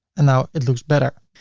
and now it looks better.